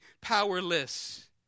powerless